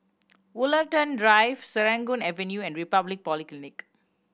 Woollerton Drive Serangoon Avenue and Republic Polytechnic